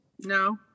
No